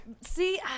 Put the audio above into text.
See